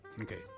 Okay